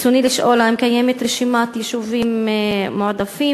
רצוני לשאול: 1. האם קיימת רשימת יישובים מועדפים,